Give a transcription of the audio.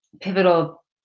pivotal